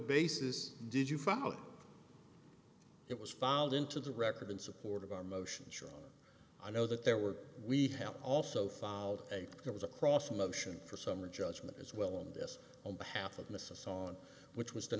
basis did you find out it was filed into the record in support of our motion sure i know that there were we have also filed a comes across a motion for summary judgment as well on this on behalf of nisus on which was the